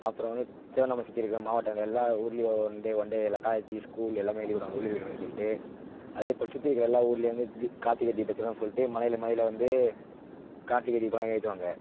அப்புறம் வந்து திருவண்ணாமலை சுற்றி இருக்கிற மாவட்டங்கள் எல்லாம் ஊரிலையே ஒன் டே ஒன் டே எல்லா காலேஜி ஸ்கூல்லு எல்லாமே லீவு விடுவாங்க உள்ளூர் விடுமுறைனு சொல்லிட்டு அதே போல் சுற்றி இருக்கிற எல்லா ஊருலேயும் வந்து கார்த்திகை தீப திருவிழான்னு சொல்லிட்டு மலையில மலையில வந்து கார்த்திகை தீபம்லாம் ஏற்றுவாங்க